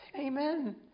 Amen